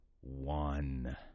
one